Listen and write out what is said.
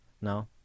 No